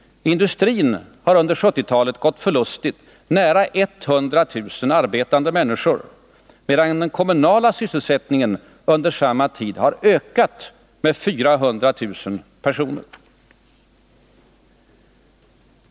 Industrin har under 1970-talet gått förlustig nära 100 000 arbetande människor, medan den kommunala sysselsättningen under samma tid har ökat med 400 000 personer.